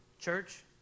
Church